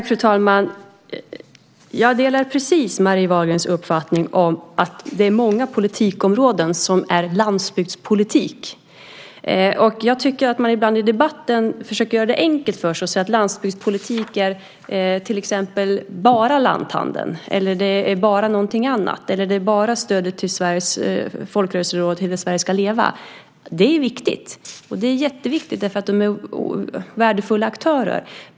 Fru talman! Jag delar helt Marie Wahlgrens uppfattning om att det är många politikområden som är landsbygdspolitik. Men jag tycker att man ibland i debatten försöker göra det enkelt för sig genom att säga till exempel att landsbygdspolitik är bara lanthandeln eller bara någonting annat eller att landsbygdspolitik bara är stödet till Folkrörelserådet Hela Sverige ska leva. Det där är viktigt därför att de är värdefulla aktörer.